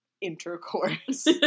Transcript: intercourse